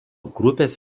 grupės